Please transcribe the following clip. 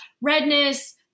redness